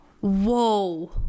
Whoa